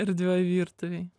erdvioj virtuvėj